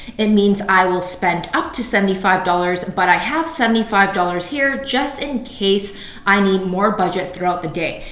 it means i will spend up to seventy five dollars but i have seventy five dollars here just in case i need more budget throughout the day.